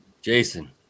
Jason